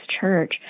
Church